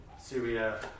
Syria